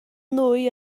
nwy